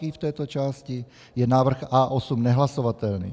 I v této části, je návrh A8 nehlasovatelný.